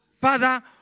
Father